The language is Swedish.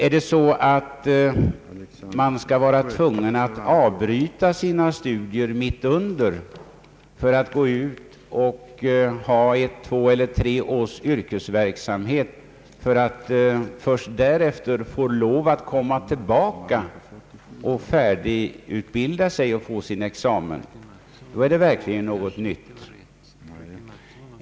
Är däremot avsikten att de studerande skall vara tvungna att avbryta sina studier mitt under studietiden för att utöva två eller tre års yrkesverksamhet och först därefter få lov att komma tillbaka och färdigutbilda sig och få sin examen, så är det verkligen något nytt.